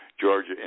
Georgia